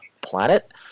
planet